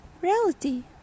Reality